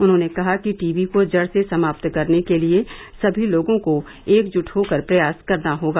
उन्होंने कहा कि टीबी को जड़ से समाप्त करने के लिए समी लोगों को एकजुट होकर प्रयास करना होगा